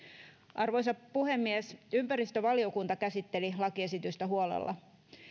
arvoisa puhemies ympäristövaliokunta käsitteli lakiesitystä huolella